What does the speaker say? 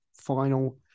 final